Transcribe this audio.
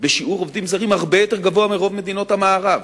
בשיעור עובדים זרים הרבה יותר גבוה מרוב מדינות המערב.